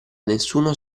nessuno